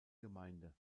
gemeinde